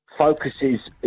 focuses